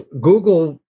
Google